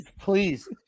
please